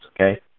okay